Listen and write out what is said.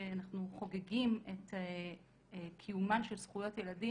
אנחנו חוגגים את קיומם של זכויות ילדים